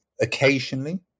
occasionally